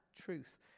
truth